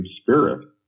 spirit